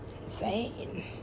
insane